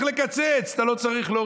אתה לא צריך לקצץ,